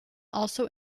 also